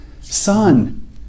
Son